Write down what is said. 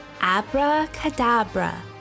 abracadabra